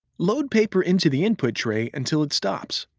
load paper into the input tray until it stops.